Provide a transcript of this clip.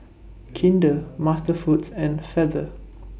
Kinder MasterFoods and Feather